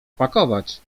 pakować